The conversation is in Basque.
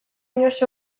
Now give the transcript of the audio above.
inoiz